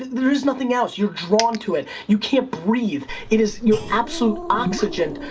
there is nothing else, you're drawn to it, you can't breathe. it is your absolute oxygen,